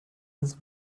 his